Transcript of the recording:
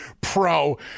pro